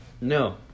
No